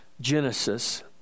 Genesis